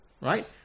right